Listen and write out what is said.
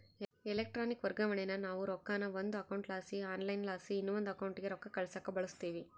electronic ವರ್ಗಾವಣೇನಾ ನಾವು ರೊಕ್ಕಾನ ಒಂದು ಅಕೌಂಟ್ಲಾಸಿ ಆನ್ಲೈನ್ಲಾಸಿ ಇನವಂದ್ ಅಕೌಂಟಿಗೆ ರೊಕ್ಕ ಕಳ್ಸಾಕ ಬಳುಸ್ತೀವಿ